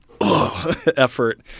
effort